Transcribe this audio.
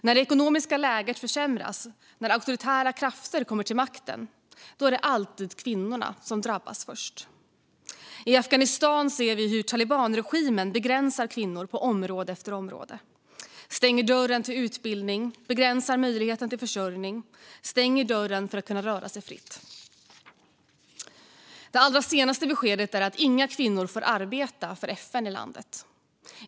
När det ekonomiska läget försämras och när auktoritära krafter kommer till makten är det alltid kvinnorna som drabbas först. I Afghanistan ser vi hur talibanregimen begränsar kvinnor på område efter område: stänger dörren till utbildning, begränsar möjligheten till försörjning och stänger dörren för dem som vill kunna röra sig fritt. Det allra senaste beskedet är att inga kvinnor får arbeta för FN i landet.